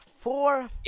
four